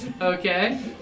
Okay